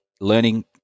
learning